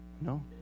No